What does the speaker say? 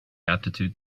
aptitude